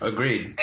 Agreed